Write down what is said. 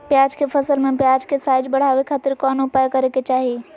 प्याज के फसल में प्याज के साइज बढ़ावे खातिर कौन उपाय करे के चाही?